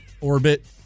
Orbit